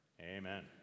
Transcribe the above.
Amen